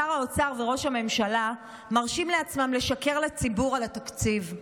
שר האוצר וראש הממשלה מרשים לעצמם לשקר לציבור על התקציב,